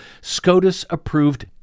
SCOTUS-approved